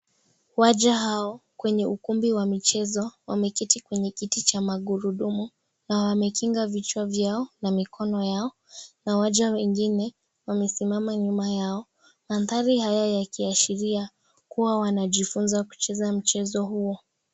Waja hao kwenye ukumbi wa michezo wameketi kwenye kiti cha magurudumu na wamekinga vichwa vyao na mikono yao na waja wengine wamesimama nyuma yao. Mandhari haya yakiashiria kuwa wanajifunza kucheza mchezo huo.